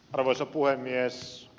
arvoisa puhemies